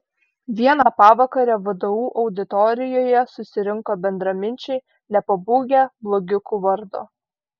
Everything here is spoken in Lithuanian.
vieną pavakarę vdu auditorijoje susirinko bendraminčiai nepabūgę blogiukų vardo